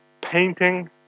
painting